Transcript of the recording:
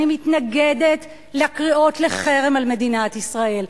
אני מתנגדת לקריאות לחרם על מדינת ישראל,